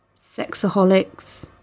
sexaholics